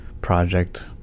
project